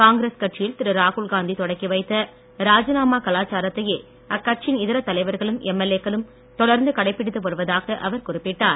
காங்கிரஸ் கட்சியில் திரு ராகுல் காந்தி தொடக்கிவைத்த ராஜினாமாக் கலாச்சாரத்தையே அக்கட்சியின் இதர தலைவர்களும் எம்எல்ஏக்களும் தொடர்ந்து கடைப்பிடித்து வருவதாக அவர் குறிப்பிட்டார்